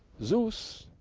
zeus,